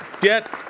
get